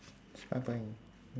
smart boy